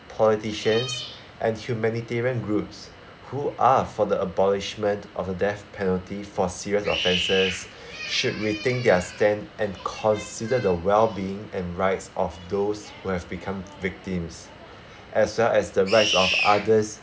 politicians and humanitarian groups who are for the abolishment of the death penalty for serious offences should rethink their stand and consider the well-being and rights of those who have become victims as well as the right of others